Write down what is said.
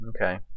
Okay